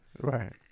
Right